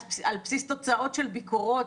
על בסיס תוצאות של ביקורות,